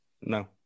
No